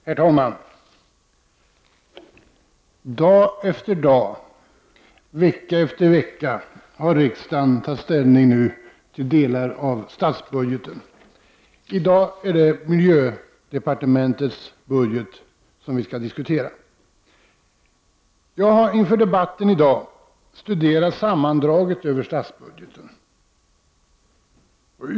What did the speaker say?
Herr talman! Dag efter dag, vecka efter vecka har riksdagen tagit ställning till delar av statsbudgeten. I dag är det miljödepartementets budget som vi skall diskutera. Jag har inför debatten i dag studerat sammandraget över statsbudgeten.